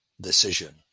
decision